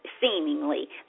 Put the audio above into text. seemingly